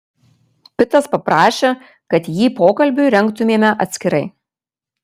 pitas paprašė kad jį pokalbiui rengtumėme atskirai